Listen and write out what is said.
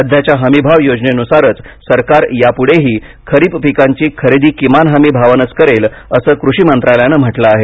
सध्याच्या हमीभाव योजनेनुसारच सरकार यापुढेही खरीप पिकांची खरेदी किमान हमी भावानंच करेल असं कृषीमंत्रालयानं म्हटलं आहे